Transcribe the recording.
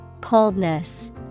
Coldness